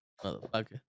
Motherfucker